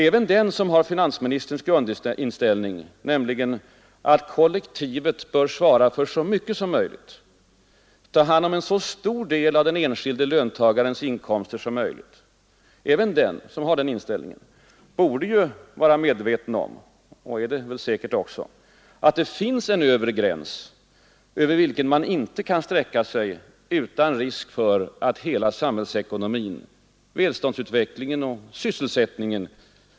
Även den som har finansministerns grundinställning, nämligen att kollektivet bör svara för så mycket som möjligt — ta hand om en så stor del av den enskilde löntagarens inkomster som möjligt — borde ju vara medveten om, och är det väl säkert också, att det finns en övre gräns, över vilken man inte kan sträcka sig utan risk för hela samhällsekonomin, välståndsutvecklingen och sysselsättningen.